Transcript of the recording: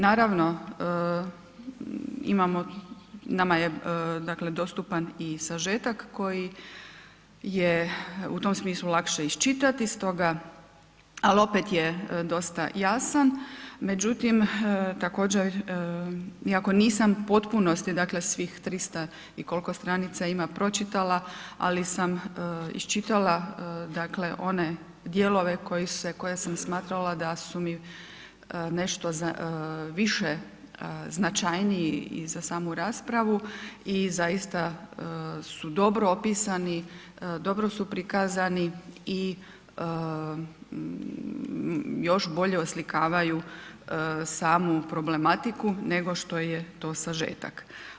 Naravno imamo, nama je dakle dostupan i sažetak koji je u tom smislu lakše iščitati stoga, ali opet je dosta jasan, međutim također iako nisam u potpunosti dakle svih 300 i koliko stranica pročitala ali sam iščitala dakle one dijelove koji se, koje sam smatrala da su mi nešto za više značajniji i za samu raspravu i zaista su dobro opisani, dobro su prikazani i još bolje oslikavaju samu problematiku nego što je to sažetak.